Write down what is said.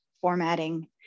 formatting